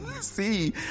see